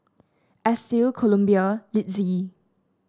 Estill Columbia Litzy